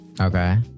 Okay